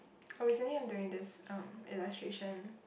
oh recently I am doing this um illustration